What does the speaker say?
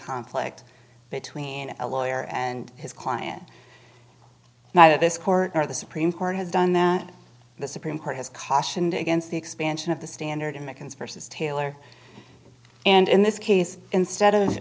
conflict between a lawyer and his client now that this court or the supreme court has done that the supreme court has cautioned against the expansion of the standard mickens versus taylor and in this case instead of